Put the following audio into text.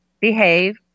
behave